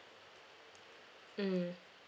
hmm